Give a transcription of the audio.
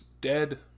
Dead